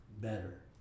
better